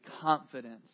confidence